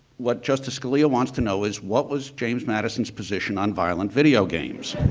what justice scalia wants to know is what was james madison's position on violent video games.